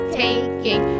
taking